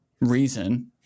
reason